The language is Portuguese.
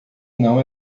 não